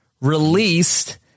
released